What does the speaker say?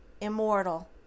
immortal